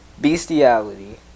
bestiality